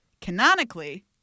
canonically